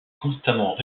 constamment